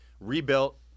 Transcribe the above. Rebuilt